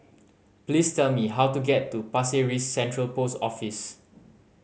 please tell me how to get to Pasir Ris Central Post Office